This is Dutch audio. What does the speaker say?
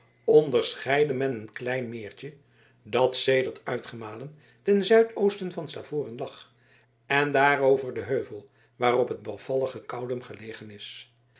onderscheidde men een klein meertje dat sedert uitgemalen ten zuidoosten van stavoren lag en daarover den heuvel waarop het bevallige coudum gelegen is